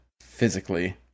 Physically